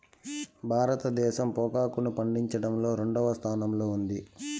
భారతదేశం పొగాకును పండించడంలో రెండవ స్థానంలో ఉంది